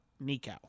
Nico